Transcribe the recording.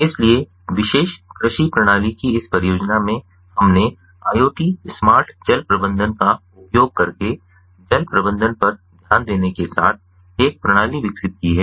इसलिए विशेष कृषि प्रणाली की इस परियोजना में हमने IoT स्मार्ट जल प्रबंधन का उपयोग करके जल प्रबंधन पर ध्यान देने के साथ एक प्रणाली विकसित की है